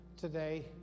today